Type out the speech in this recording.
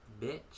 bitch